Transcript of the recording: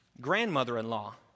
grandmother-in-law